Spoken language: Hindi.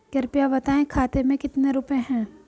कृपया बताएं खाते में कितने रुपए हैं?